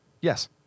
yes